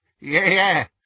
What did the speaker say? Yeah